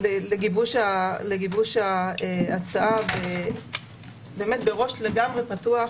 לגיבוש ההצעה בראש לגמרי פתוח,